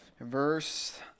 Verse